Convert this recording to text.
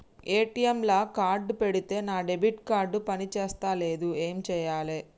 ATM లా card పెడితే నా డెబిట్ కార్డ్ పని చేస్తలేదు ఏం చేయాలే?